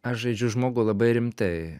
aš žaidžiu žmogų labai rimtai